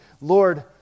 Lord